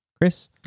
Chris